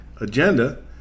agenda